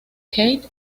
kate